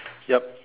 yup